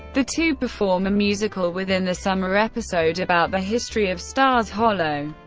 the two perform a musical within the summer episode about the history of stars hollow.